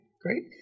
Great